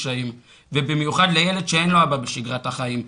קשיים ובמיוחד לילד שאין לו אבא בשגרת החיים,